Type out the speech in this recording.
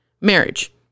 marriage